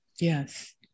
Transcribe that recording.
Yes